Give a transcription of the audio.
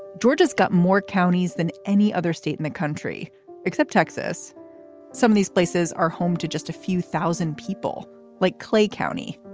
georgia's got more counties than any other state in the country except texas some of these places are home to just a few thousand people like clay county.